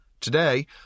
Today